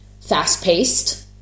fast-paced